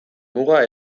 muga